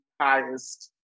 highest